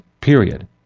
period